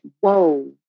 whoa